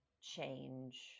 change